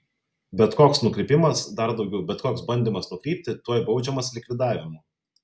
bet koks nukrypimas dar daugiau bet koks bandymas nukrypti tuoj baudžiamas likvidavimu